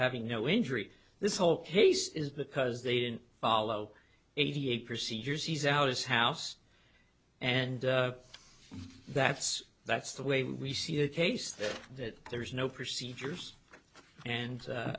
having no injury this whole case is because they didn't follow eighty eight procedures he's out his house and that's that's the way we see a case there that there's no procedures and